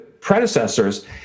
predecessors